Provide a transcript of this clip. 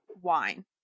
wine